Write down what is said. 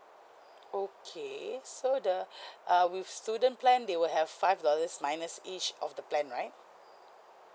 okay so the uh with student plan they will have five dollars minus each of the plan right